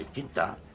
into